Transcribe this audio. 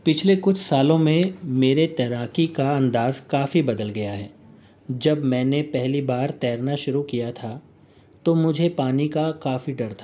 پچھلے کچھ سالوں میں میرے تیراکی کا انداز کافی بدل گیا ہے جب میں نے پہلی بار تیرنا شروع کیا تھا تو مجھے پانی کا کافی ڈر تھا